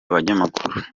abanyamakuru